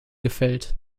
gefällt